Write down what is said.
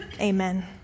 Amen